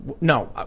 No